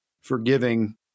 forgiving